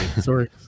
Sorry